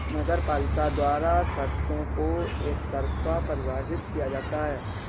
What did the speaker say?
नगरपालिका द्वारा शर्तों को एकतरफा परिभाषित किया जाता है